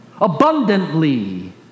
abundantly